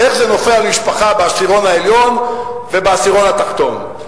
איך זה נופל על משפחה בעשירון העליון ובעשירון התחתון,